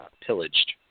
pillaged